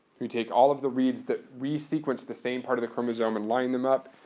you take all of the reads that re-sequence the same part of the chromosome and line them up.